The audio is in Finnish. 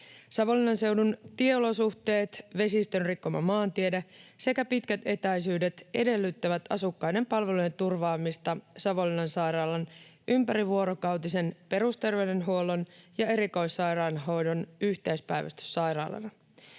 Savonlinnan seudun tieolosuhteet, vesistön rikkoma maantiede sekä pitkät etäisyydet edellyttävät asukkaiden palvelujen turvaamista Savonlinnan sairaalan ympärivuorokautisen perusterveydenhuollon ja erikoissairaanhoidon yhteispäivystyssairaalana.